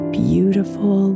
beautiful